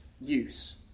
use